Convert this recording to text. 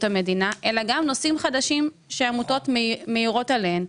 המדינה אלא גם נושאים חדשים שעמותות מאירות עליהם,